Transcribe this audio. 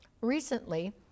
recently